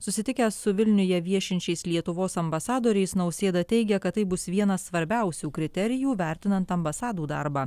susitikęs su vilniuje viešinčiais lietuvos ambasadoriais nausėda teigia kad tai bus vienas svarbiausių kriterijų vertinant ambasadų darbą